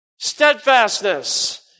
Steadfastness